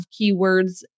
keywords